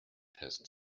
had